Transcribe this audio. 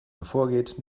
hervorgeht